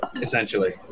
Essentially